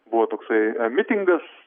buvo toksai mitingas